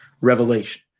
revelation